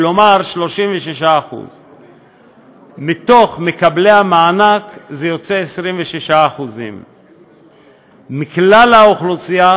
כלומר 36%. מכלל מקבלי המענק זה יוצא 26%. מכלל האוכלוסייה,